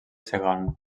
segan